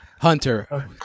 Hunter